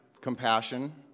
Compassion